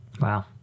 Wow